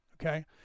okay